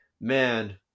man